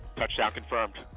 touchdown confirmed,